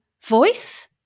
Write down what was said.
voice